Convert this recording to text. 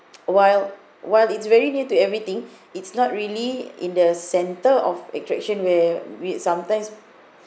while while it's very near to everything it's not really in the centre of attraction where we'd sometimes